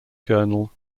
journal